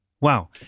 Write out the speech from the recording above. wow